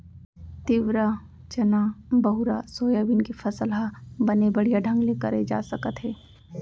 तिंवरा, चना, बहुरा, सोयाबीन के फसल ह बने बड़िहा ढंग ले करे जा सकत हे